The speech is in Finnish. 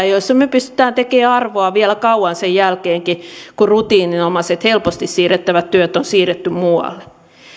ja joilla me pystymme tekemään arvoa vielä kauan sen jälkeenkin kun rutiininomaiset helposti siirrettävät työt on siirretty muualle